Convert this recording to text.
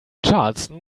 charleston